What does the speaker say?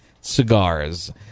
Cigars